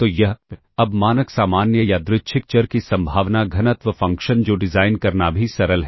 तो यह अब मानक सामान्य यादृच्छिक चर की संभावना घनत्व फ़ंक्शन जो डिज़ाइन करना भी सरल है